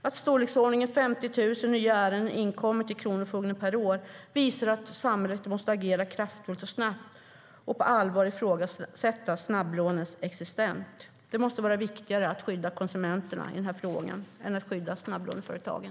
Att i storleksordningen 50 000 nya ärenden per år inkommer till kronofogden visar att samhället måste agera kraftfullt och snabbt och på allvar ifrågasätta snabblånens existens. Det måste vara viktigare att skydda konsumenterna i den här frågan än att skydda snabblåneföretagen.